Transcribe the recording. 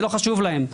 זה לא חשוב להם.